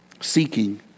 seeking